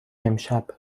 امشب